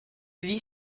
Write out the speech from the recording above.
vie